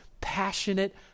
passionate